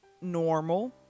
normal